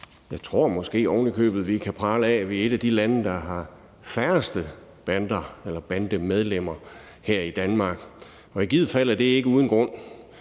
Jeg tror måske ovenikøbet, at vi kan prale af, at vi her i Danmark er et af de lande, der har færrest bander eller bandemedlemmer, og det er i givet fald ikke uden grund.